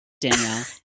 Danielle